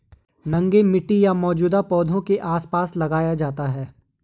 नंगे मिट्टी या मौजूदा पौधों के आसपास लगाया जाता है